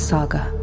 Saga